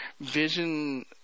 vision